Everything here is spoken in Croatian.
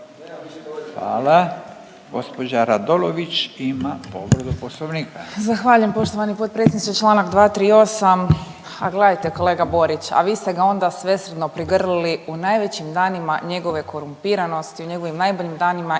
Hvala. Gđa Radolović ima povredu Poslovnika.